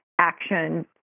action